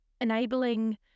enabling